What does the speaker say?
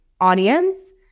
audience